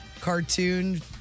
cartoon